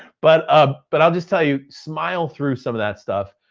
but ah but i'll just tell you, smile through some of that stuff,